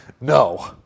no